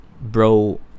bro